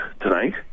tonight